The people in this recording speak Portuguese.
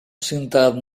sentado